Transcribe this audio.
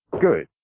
Good